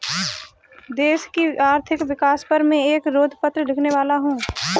देश की आर्थिक विकास पर मैं एक शोध पत्र लिखने वाला हूँ